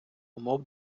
умов